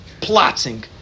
plotting